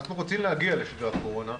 אנחנו רוצים להגיע לשגרת קורונה,